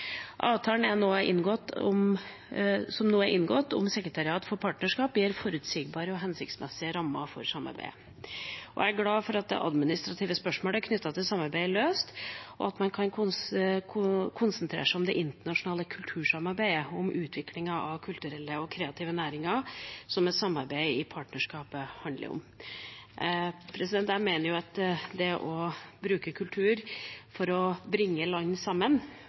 Avtalen som nå er inngått om sekretariatet for partnerskapet, gir forutsigbare og hensiktsmessige rammer for samarbeidet. Jeg er glad for at det administrative spørsmålet knyttet til samarbeidet er løst, og at man kan konsentrere seg om det internasjonale kultursamarbeidet og om utviklingen av kulturelle og kreative næringer, som er det samarbeidet i partnerskapet handler om. Jeg mener at det å bruke kultur for å bringe land sammen